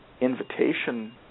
invitation